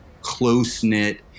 close-knit